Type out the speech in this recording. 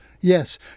yes